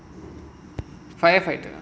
firefighters